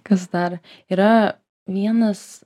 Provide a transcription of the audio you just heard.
kas dar yra vienas